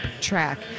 track